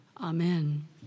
Amen